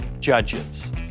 judges